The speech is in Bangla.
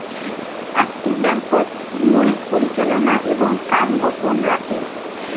আকটি ব্যাংকোত মুইর পরিচালনা এবং কাম গোপন রাখে